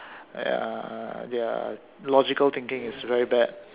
they're they're logical thinking is very bad